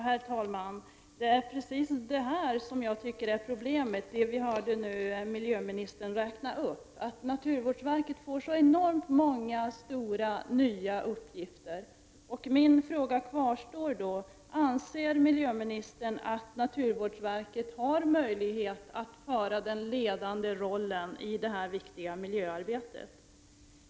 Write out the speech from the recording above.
Herr talman! Det är precis det vi hörde miljöministern räkna upp som jag tycker är problemet. Naturvårdsverket får så enormt många stora, nya uppgifter. Min fråga kvarstår: Anser miljöministern att naturvårdsverket har möjlighet att axla den ledande rollen i detta viktiga miljöarbete?